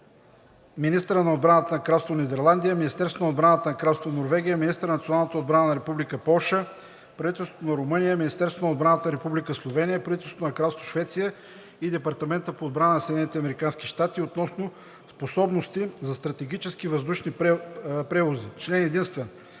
министъра на отбраната на Кралство Нидерландия, Министерството на отбраната на Кралство Норвегия, министъра на националната отбрана на Република Полша, правителството на Румъния, Министерството на отбраната на Република Словения, правителството на Кралство Швеция и Департамента по отбрана на Съединените американски щати относно способности за стратегически въздушни превози Член единствен.